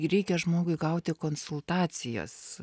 reikia žmogui gauti konsultacijas